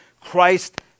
Christ